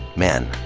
men.